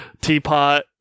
teapot